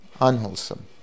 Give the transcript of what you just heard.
unwholesome